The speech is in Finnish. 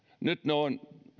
nyt ne ovat